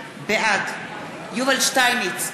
בעד יובל שטייניץ,